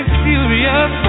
furious